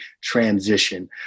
transition